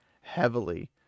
heavily